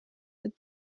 that